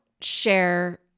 share